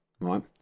right